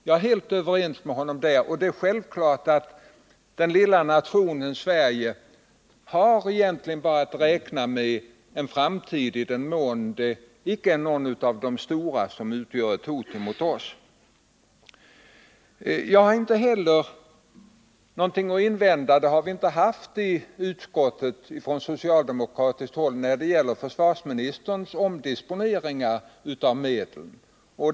Jag är helt överens med honom i det avseendet, och det är självklart att den lilla nationen Sverige egentligen kan räkna med en framtid bara i den mån icke någon av de stora utgör ett hot mot oss. Jag har vidare ingenting att invända — det har vi inte heller haft på socialdemokratiskt håll i utskottet — mot försvarsministerns omdisponeringar av medel.